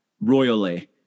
royally